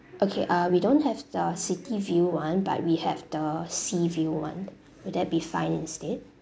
okay uh we don't have the city view one but we have the sea view one would that be fine instead